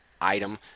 item